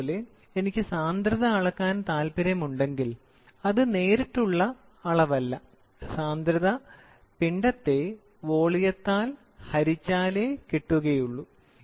അതുപോലെ എനിക്ക് സാന്ദ്രത അളക്കാൻ താൽപ്പര്യമുണ്ടെങ്കിൽ അത് നേരിട്ടുള്ള അളവല്ല സാന്ദ്രത പിണ്ഡത്തെ വോളിയത്താൽ ഹരിച്ചാലേ കിട്ടുകയുള്ളു